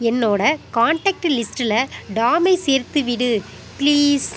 என்னோட கான்டாக்ட் லிஸ்ட்டில் டாமை சேர்த்துவிடு ப்ளீஸ்